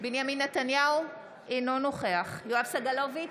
בנימין נתניהו, אינו נוכח יואב סגלוביץ'